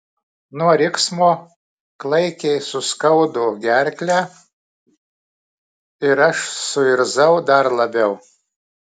nuo riksmo klaikiai suskaudo gerklę ir aš suirzau dar labiau